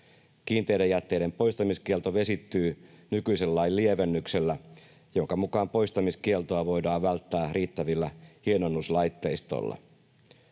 Kiinteiden jätteiden poistamiskielto vesittyy nykyisen lain lievennyksellä, jonka mukaan poistamiskieltoa voidaan välttää riittävillä hienonnuslaitteistoilla.